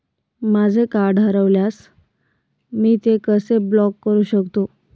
माझे कार्ड हरवल्यास मी ते कसे ब्लॉक करु शकतो?